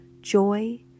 joy